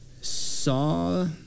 saw